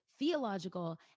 Theological